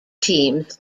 teams